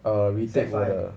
err retake 我的